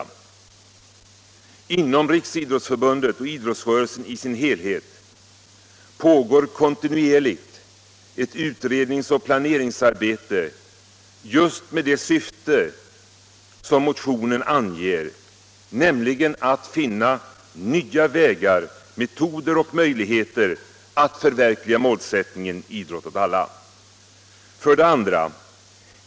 Inom Riksidrottsförbundet — och idrottsrörelsen i dess helhet — pågår kontinuerligt ett utredningsoch planeringsarbete just med det syfte som motionen anger, nämligen att finna nya vägar, metoder och möjligheter att förverkliga målsättningen ”idrott åt alla”. 2.